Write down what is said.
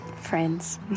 friends